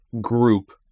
group